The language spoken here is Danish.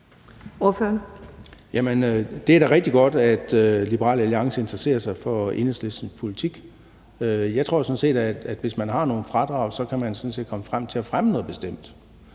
det er da rigtig godt, at Liberal Alliance interesserer sig for Enhedslistens politik. Jeg tror sådan set, at hvis man har nogle fradrag, så kan man fremme noget bestemt.